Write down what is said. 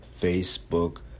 Facebook